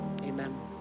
amen